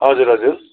हजुर हजुर